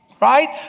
right